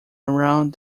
around